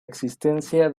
existencia